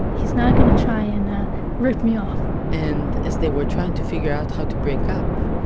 he's not gonna try and rip me off and, as they were trying to figure out how to break up,